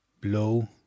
blow